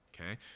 okay